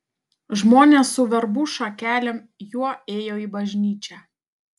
žmonės su verbų šakelėm juo ėjo į bažnyčią